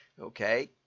okay